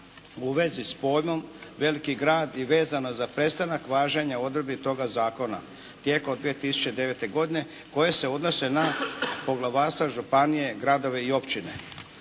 u vezi s pojmom veliki grad i vezano za prestanak važenja odredbi toga zakona tijekom 2009. godine koje se odnose na poglavarstva, županije, gradove i općine.